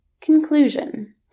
Conclusion